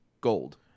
gold